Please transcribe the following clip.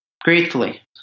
gratefully